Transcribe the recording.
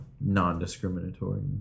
non-discriminatory